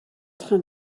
train